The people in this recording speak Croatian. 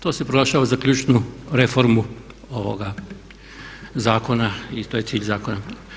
To se proglašava za ključnu reformu ovoga zakona i to je cilj zakona.